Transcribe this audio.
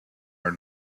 are